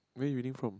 where you reading from